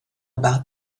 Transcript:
about